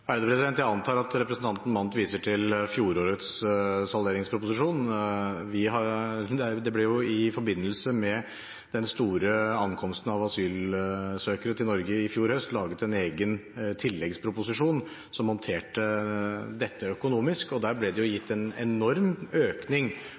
Jeg antar at representanten Mandt viser til fjorårets salderingsproposisjon. Det ble i forbindelse med den store ankomsten av asylsøkere til Norge i fjor høst laget en egen tilleggsproposisjon, som håndterte dette økonomisk. Der ble det